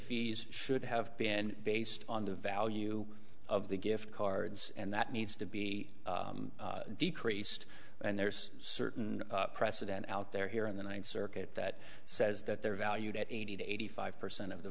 fees should have been based on the value of the gift cards and that needs to be decreased and there's certain precedent out there here in the ninth circuit that says that they're valued at eighty five percent of the